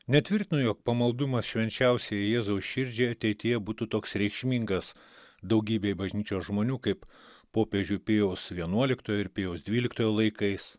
netvirtinu jog pamaldumas švenčiausiajai jėzaus širdžiai ateityje būtų toks reikšmingas daugybei bažnyčios žmonių kaip popiežių pijaus vienuoliktojo ir pijaus dvyliktojo laikais